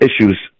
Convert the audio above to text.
issues